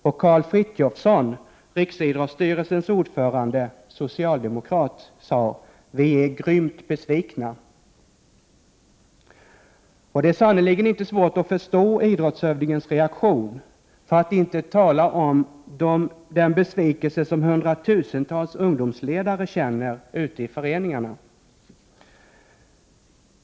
Och Karl Frithiofson, riksidrottsstyrelsens ordförande och socialdemokrat, sade: ”Vi är grymt besvikna.” Det är sannerligen inte svårt att förstå idrottshövdingens reaktion, för att inte tala om den besvikelse som hundratusentals ungdomsledare känner ute i föreningarna.